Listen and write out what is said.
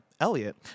Elliot